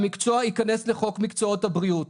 המקצוע ייכנס לחוק מקצועות הבריאות.